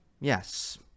Yes